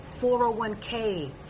401k